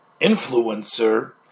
influencer